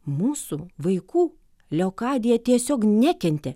mūsų vaikų leokadija tiesiog nekentė